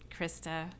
Krista